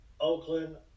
Oakland